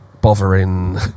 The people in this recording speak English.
bothering